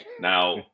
Now